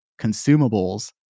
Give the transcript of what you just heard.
consumables